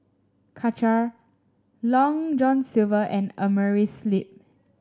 Karcher Long John Silver and Amerisleep